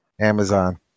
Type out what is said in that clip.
Amazon